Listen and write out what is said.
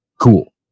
cool